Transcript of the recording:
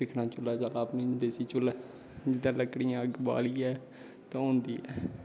दिक्खनां चुल्ला चल्ला अपना देस्सी चुल्ला लकड़ियैं अग्ग बालियै ते उंदी